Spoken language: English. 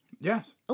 Yes